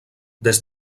des